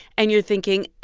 and you're thinking,